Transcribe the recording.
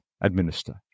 administer